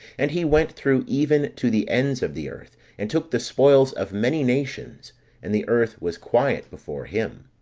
and he went through even to the ends of the earth and took the spoils of many nations and the earth was quiet before him.